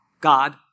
God